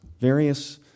various